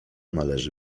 należy